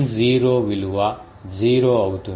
కాబట్టి sin 0 విలువ 0 అవుతుంది